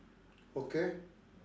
okay